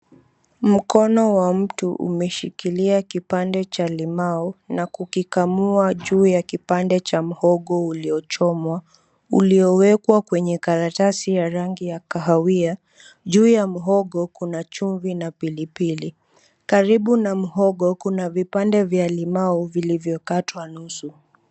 Mkono wa mtu umeshikilia kipande cha limau na kukikamua juu ya kipande cha mhogo uliochomwa uliowekwa karatasi ya rangi ya kahawia. Juu ya mhogo kuna chumvi na pilipili. Karibu na mhogo kuna vipande vya limau vilivyokatwa nusu.